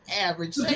average